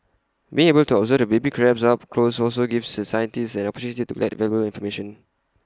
being able to observe the baby crabs up close also gave the scientists the opportunity to collect valuable information